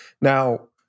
Now